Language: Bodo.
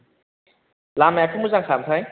लामायाथ' मोजांखा ओमफ्राय